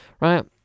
right